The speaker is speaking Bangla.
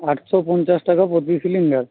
আটশো পঞ্চাশ টাকা প্রতি সিলিণ্ডার